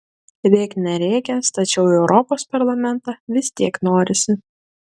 rėk nerėkęs tačiau į europos parlamentą vis tiek norisi